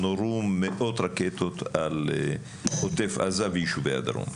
נורו מאות רקטות על עוטף עזה ויישובי הדרום.